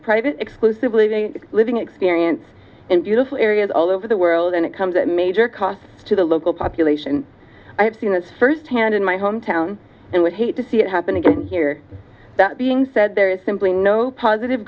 private exclusively of a living experience in beautiful areas all over the world and it comes at a major cost to the local population i have seen this firsthand in my hometown and would hate to see it happen again here that being said there is simply no positive